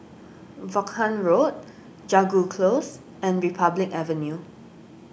Vaughan Road Jago Close and Republic Avenue